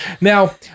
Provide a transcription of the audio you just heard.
Now